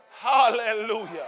Hallelujah